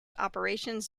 operations